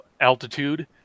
altitude